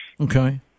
Okay